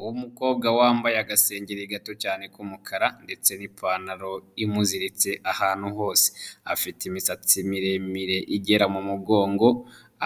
Uwo mukobwa wambaye agasengeri gato cyane k'umukara ndetse n'ipantaro imuziritse ahantu hose, afite imisatsi miremire igera mu mugongo